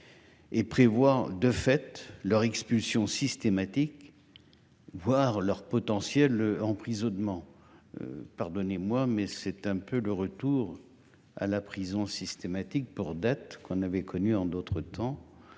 Et prévoit de fait leur expulsion systématique. Voire leur potentiel. Emprisonnement. Pardonnez-moi mais c'est un peu le retour à la prison systématique pour dettes qu'on avait connu, en d'autres temps.